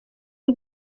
y’u